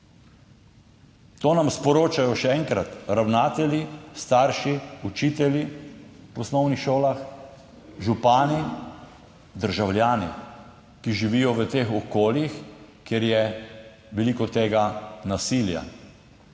To nam sporočajo, še enkrat, ravnatelji, starši, učitelji v osnovnih šolah, župani, državljani, ki živijo v teh okoljih, kjer je veliko tega nasilja.